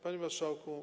Panie Marszałku!